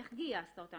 איך גייסת אותם?